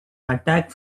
attack